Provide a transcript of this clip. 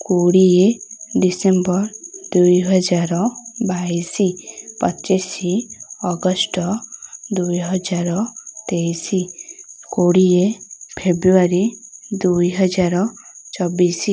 କୋଡ଼ିଏ ଡିସେମ୍ବର ଦୁଇହଜାର ବାଇଶ ପଚିଶ ଅଗଷ୍ଟ ଦୁଇହଜାର ତେଇଶ କୋଡ଼ିଏ ଫେବୃଆରୀ ଦୁଇହଜାର ଚବିଶ